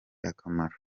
akamaro